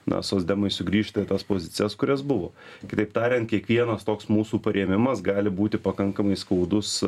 na socdemai sugrįžta į tas pozicijas kurias buvo kitaip tariant kiekvienas toks mūsų parėmimas gali būti pakankamai skaudus